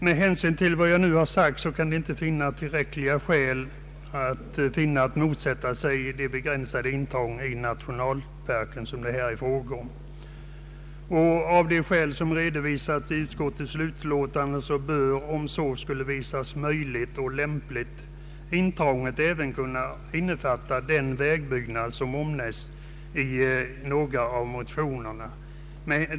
Med hänsyn till vad jag nu sagt kan jag inte finna att tillräckliga skäl föreligger att motsätta sig det begränsade intrång i nationalparken som det nu är fråga om. Av de skäl som redovisats i utskottets utlåtande bör, om så skulle visa sig möjligt och lämpligt, intrånget även kunna innefatta den vägbyggnad som omnämns i några av motionerna.